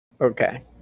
Okay